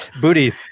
Booties